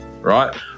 right